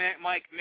Mike